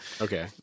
Okay